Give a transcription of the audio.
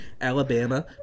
Alabama